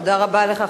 תודה רבה לך,